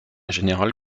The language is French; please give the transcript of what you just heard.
général